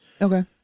Okay